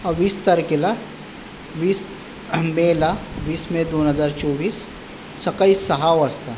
वीस तारखेला वीस मेला वीस मे दोन हजार चोवीस सकाळी सहा वाजता